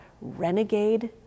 renegade